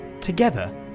Together